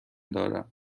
دارم